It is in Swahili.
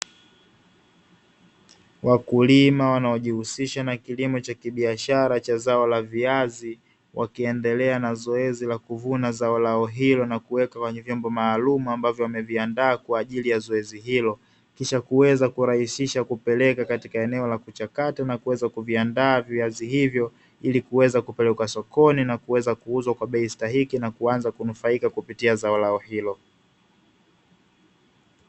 Wakulima wanaojihusisha na kilimo cha kibiashara cha zao la viazi, wakiendelea na zoezi la kuvuna zao lao hilo na kuweka kwenye vyombo maalumu ambavyo wameviandaa kwa ajili ya zoezi hilo, kisha kuweza kurahisisha kupeleka katika eneo la kuchakata na kuweza kuviandaa viazi hivyo ili kuweza kupelekwa sokoni na kuweza kuuzwa kwa bei stahiki na kuanza kunufaika kupitia zao lao hilo.